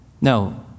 No